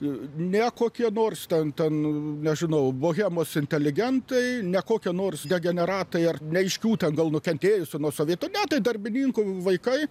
ne kokie nors ten ten nežinau bohemos inteligentai ne kokia nors degeneratai ar neaiškių ten gal nukentėjusių nuo sovietų ne tai darbininkų vaikai